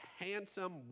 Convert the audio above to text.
handsome